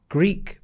Greek